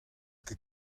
ket